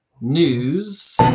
News